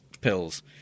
pills